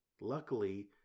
Luckily